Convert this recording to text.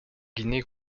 guinée